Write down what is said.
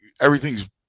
Everything's